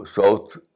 South